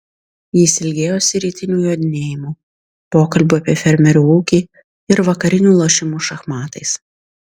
jis ilgėjosi rytinių jodinėjimų pokalbių apie fermerių ūkį ir vakarinių lošimų šachmatais